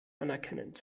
anerkennend